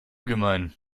gemein